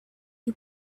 you